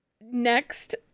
next